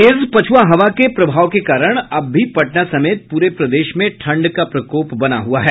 तेज पछुआ हवा के प्रभाव के कारण अब भी पटना समेत पूरे प्रदेश में ठंड का प्रकोप बना हुआ है